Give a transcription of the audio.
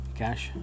cash